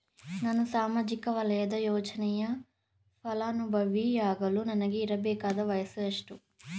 ನಾನು ಸಾಮಾಜಿಕ ವಲಯದ ಯೋಜನೆಯ ಫಲಾನುಭವಿ ಯಾಗಲು ನನಗೆ ಇರಬೇಕಾದ ವಯಸ್ಸು ಎಷ್ಟು?